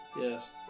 Yes